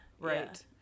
Right